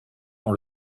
dans